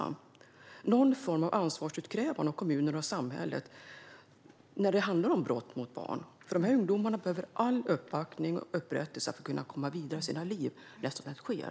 Det handlar om någon form av ansvarsutkrävande av kommuner och samhället när det handlar om brott mot barn. De här ungdomarna behöver all uppbackning och upprättelse för att komma vidare i sina liv när sådant sker.